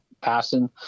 passing